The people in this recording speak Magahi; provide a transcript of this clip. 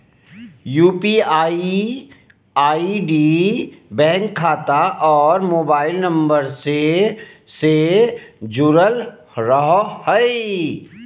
यू.पी.आई आई.डी बैंक खाता और मोबाइल नम्बर से से जुरल रहो हइ